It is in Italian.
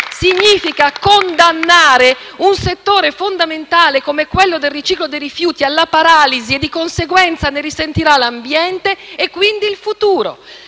significa condannare un settore fondamentale come quello del riciclo dei rifiuti alla paralisi; di conseguenza ne risentirà l'ambiente e quindi il futuro,